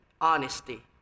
Honesty